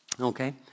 Okay